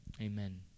Amen